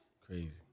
Crazy